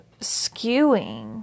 skewing